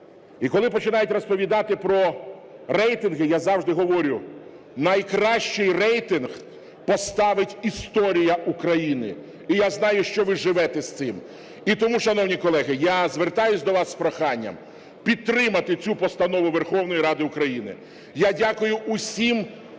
І, коли починають розповідати про рейтинги, я завжди говорю: найкращий рейтинг поставить історія України і я знаю, що ви живете з цим. І тому, шановні колеги, я звертаюся до вас з проханням підтримати цю постанову Верховної Ради України. Я дякую всім